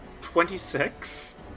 26